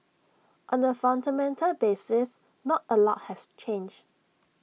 on A fundamental basis not A lot has changed